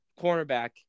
cornerback